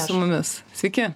su mumis sveiki